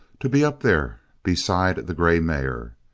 to be up there beside the grey mare.